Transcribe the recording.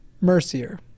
Mercier